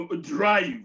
Drive